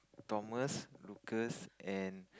Thomas Lucas and